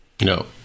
No